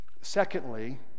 secondly